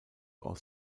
aus